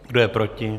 Kdo je proti?